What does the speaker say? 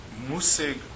musig